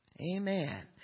Amen